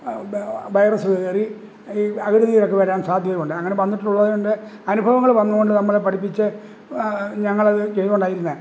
വ വ വൈറസ് കയറി ഈ അകിട് നീരൊക്കെ വരാൻ സാധ്യതയുണ്ട് അങ്ങനെ വന്നിട്ടുള്ളതുകൊണ്ട് അനുഭവങ്ങൾ വന്നത് കൊണ്ട് നമ്മളെ പഠിപ്പിച്ച് ഞങ്ങളത് ചെയ്തുകൊണ്ടാണ് ഇരുന്നേ